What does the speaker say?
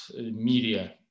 media